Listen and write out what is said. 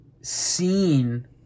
seen